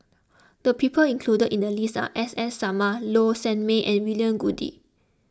the people included in the list are S S Sarma Low Sanmay and William Goode